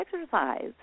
exercise